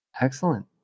Excellent